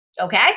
okay